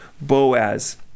Boaz